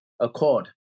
accord